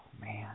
man